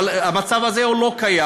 אבל המצב הזה לא קיים.